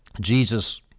Jesus